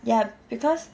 ya because